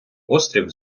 острів